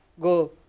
go